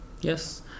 yes